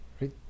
right